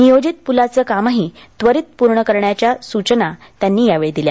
नियोजित पुलाचे कामही त्वरित सुरु करण्याच्या सूचना त्यांनी यावेळी दिल्या